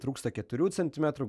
trūksta keturių centimetrų